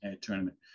tournament